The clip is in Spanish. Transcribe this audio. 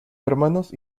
hermanos